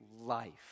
life